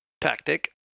tactic